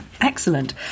excellent